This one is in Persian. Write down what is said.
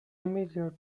میلیارد